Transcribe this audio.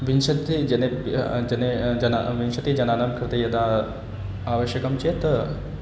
विंशतिजनेभ्यः जनेभ्यः जनानां विंशतिजनानां कृते यदा आवश्यकं चेत्